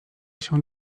się